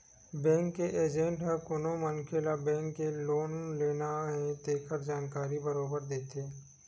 bank के agent ह कोनो मनखे ल बेंक ले लोन लेना हे तेखर जानकारी बरोबर देथे